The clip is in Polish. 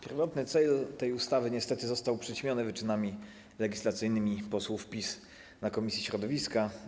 Pierwotny cel tej ustawy niestety został przyćmiony wyczynami legislacyjnymi posłów PiS na posiedzeniu komisji środowiska.